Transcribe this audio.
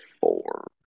four